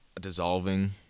Dissolving